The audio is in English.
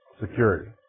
Security